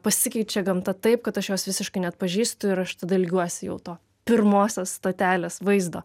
pasikeičia gamta taip kad aš jos visiškai neatpažįstu ir aš tada ilgiuosi jau to pirmosios stotelės vaizdo